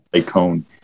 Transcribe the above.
cone